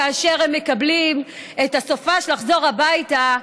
כאשר הם מקבלים את הסופ"ש לחזור הביתה,